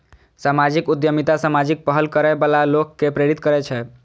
सामाजिक उद्यमिता सामाजिक पहल करै बला लोक कें प्रेरित करै छै